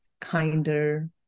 kinder